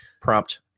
Prompt